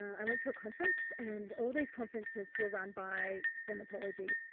i went to a conference and all these conferences were run by dermatology.